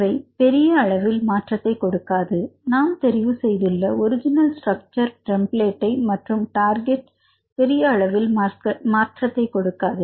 இவை பெரிய அளவில் மாற்றத்தை கொடுக்காது நாம் தெரிவு செய்துள்ள ஒரிஜினல் ஸ்ட்ரக்சர் டெம்ப்ளேட்டை மற்றும் அதன் டார்கெட் பெரிய அளவில் மாற்றத்தை கொடுக்காது